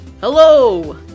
Hello